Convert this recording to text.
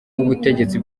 w’ubutegetsi